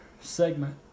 segment